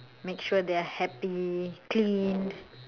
make sure they are happy cleaned